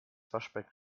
waschbecken